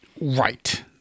Right